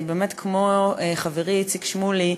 באמת כמו חברי איציק שמולי,